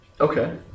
Okay